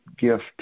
gift